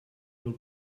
will